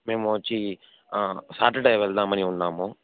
మేము వచ్చి సాటర్డే వెళ్దామని ఉన్నాము